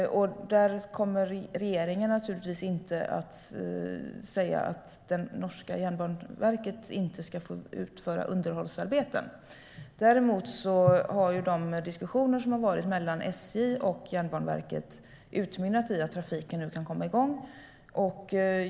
Regeringen kommer naturligtvis inte att säga att norska Jernbaneverket inte ska få utföra underhållsarbeten, men däremot har de diskussioner som ägt rum mellan SJ och Jernbaneverket utmynnat i att trafiken nu kan komma igång.